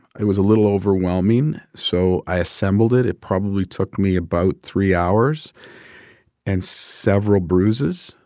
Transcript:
it was a little overwhelming. so i assembled it. it probably took me about three hours and several bruises.